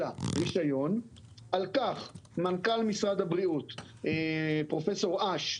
אלא רישיון על כך מנכ"ל משרד הבריאות פרופ' אש,